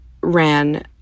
ran